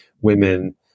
Women